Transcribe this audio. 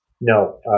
No